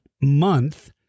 month